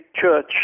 church